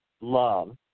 love